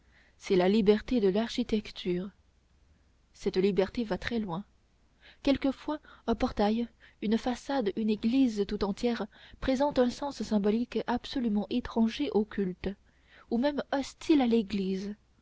c'est la liberté de l'architecture cette liberté va très loin quelquefois un portail une façade une église tout entière présente un sens symbolique absolument étranger au culte ou même hostile à l'église